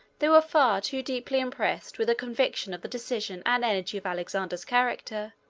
they were far too deeply impressed with a conviction of the decision and energy of alexander's character,